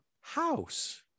house